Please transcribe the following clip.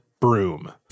broom